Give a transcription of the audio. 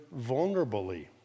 vulnerably